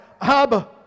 Abba